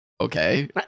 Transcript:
okay